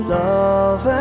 love